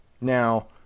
Now